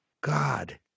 God